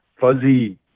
fuzzy